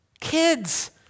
Kids